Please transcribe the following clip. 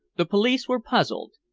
the police were puzzled.